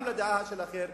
גם לדעה של האחר,